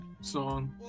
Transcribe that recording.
song